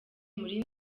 muri